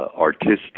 artistic